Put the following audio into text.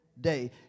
day